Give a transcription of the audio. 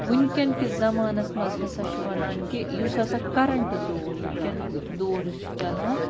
وُنکٮ۪ن کِس زمانَس منٛز ہسا چھِ وَنان کہِ یُس ہسا کَرٕنٛٹہٕ دور وُنکٮ۪نُک دور یُس چھُ چلان